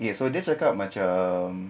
okay so dia cakap macam